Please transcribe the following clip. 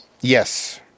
Yes